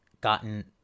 gotten